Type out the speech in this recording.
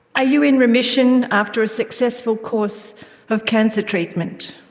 ah you in remission after a successful course of cancer treatment?